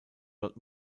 dort